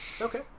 Okay